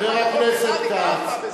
חבר הכנסת כץ,